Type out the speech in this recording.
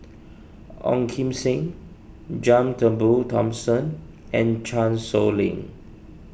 Ong Kim Seng John Turnbull Thomson and Chan Sow Lin